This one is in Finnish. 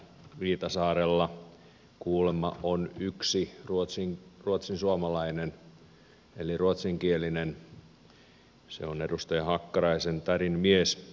viitasaarella kuulemma on yksi ruotsinsuomalainen eli ruotsinkielinen se on edustaja hakkaraisen tädin mies